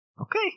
Okay